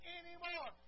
anymore